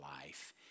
life